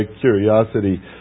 curiosity